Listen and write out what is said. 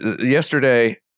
yesterday